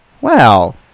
Wow